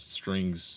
strings